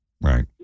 Right